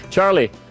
Charlie